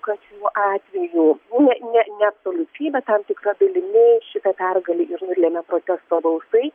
kad šiuo atveju ne ne ne absoliučiai bet tam tikra dalimi šitą pergalę ir nulėmė protesto balsai